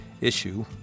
issue